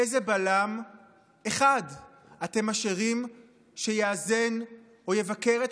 איזה בלם אחד אתם משאירים שיאזן או יבקר את